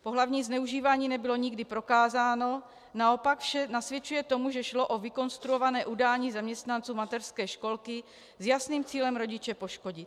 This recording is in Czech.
Pohlavní zneužívání nebylo nikdy prokázáno, naopak vše nasvědčuje tomu, že šlo o vykonstruované udání zaměstnanců mateřské školky s jasným cílem rodiče poškodit.